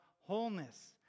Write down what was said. wholeness